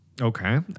Okay